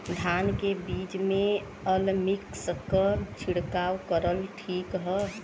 धान के बिज में अलमिक्स क छिड़काव करल ठीक ह?